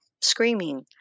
screaming